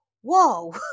whoa